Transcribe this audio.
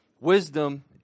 Wisdom